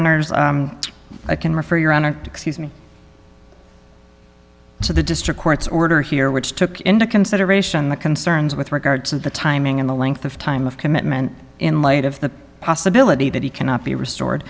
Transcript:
honor's i can refer you are on an excuse me to the district court's order here which took into consideration the concerns with regard to the timing and the length of time of commitment in light of the possibility that he cannot be restored